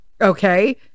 okay